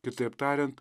kitaip tariant